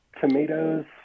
Tomatoes